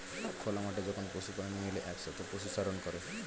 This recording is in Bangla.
খোলা মাঠে যখন পশু প্রাণী মিলে একসাথে পশুচারণ করে